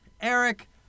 Eric